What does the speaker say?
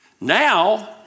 Now